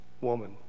woman